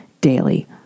Daily